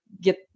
get